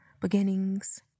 beginnings